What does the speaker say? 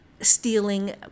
Stealing